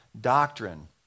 doctrine